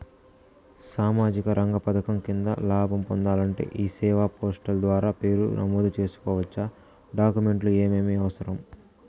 సామాజిక రంగ పథకం కింద లాభం పొందాలంటే ఈ సేవా పోర్టల్ ద్వారా పేరు నమోదు సేసుకోవచ్చా? డాక్యుమెంట్లు ఏమేమి అవసరం?